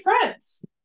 friends